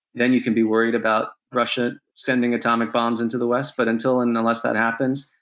then you can be worried about russia sending atomic bombs into the west, but until and unless that happens,